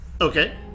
Okay